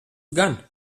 gan